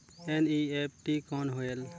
NEFT कौन होएल?